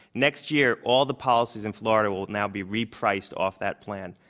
next year all the policies in florida will now be re-priced off that plan.